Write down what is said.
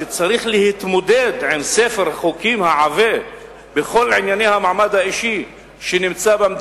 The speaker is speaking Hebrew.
שצריך להתמודד עם ספר החוקים העבה בכל ענייני המעמד האישי במדינה,